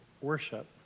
worship